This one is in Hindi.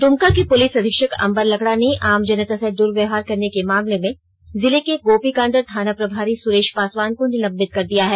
द्मका के पुलिस अधीक्षक अंबर लकड़ा ने आम जनता से द्व्यवहार करने के मामले में जिले के गोपीकांदर थाना प्रभारी सुरेश पासवान को निलंबित कर दिया है